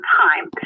time